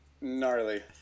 gnarly